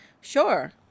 Sure